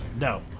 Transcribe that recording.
No